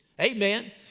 Amen